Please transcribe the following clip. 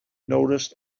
noticed